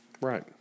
Right